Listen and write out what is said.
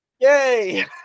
Yay